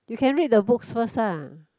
you can read the books first ah